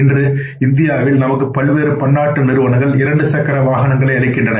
இன்று இந்தியாவில் நமக்கு பல்வேறு பன்னாட்டு நிறுவனங்கள் இரண்டு சக்கர வாகனங்களை அளிக்கின்றன